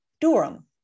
Durham